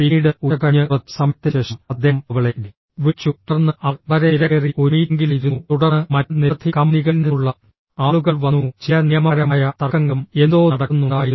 പിന്നീട് ഉച്ചകഴിഞ്ഞ് കുറച്ച് സമയത്തിന് ശേഷം അദ്ദേഹം അവളെ വിളിച്ചു തുടർന്ന് അവർ വളരെ തിരക്കേറിയ ഒരു മീറ്റിംഗിലായിരുന്നു തുടർന്ന് മറ്റ് നിരവധി കമ്പനികളിൽ നിന്നുള്ള ആളുകൾ വന്നു ചില നിയമപരമായ തർക്കങ്ങളും എന്തോ നടക്കുന്നുണ്ടായിരുന്നു